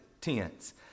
tense